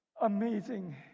amazing